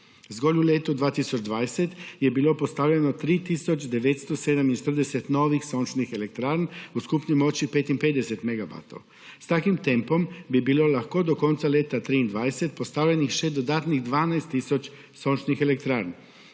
Zgolj v letu 2020 je bilo postavljeno 3 tisoč 947 novih sončnih elektrarn v skupni moči 55 megavatov. S takim tempom bi bilo lahko do konca leta 2023 postavljenih še dodatnih 12 tisoč sončnih elektrarn.